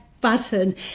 button